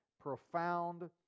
profound